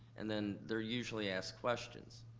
and then they're usually asked questions.